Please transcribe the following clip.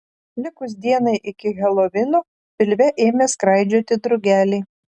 likus dienai iki helovino pilve ėmė skraidžioti drugeliai